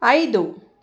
ಐದು